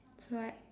what